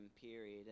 period